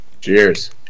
Cheers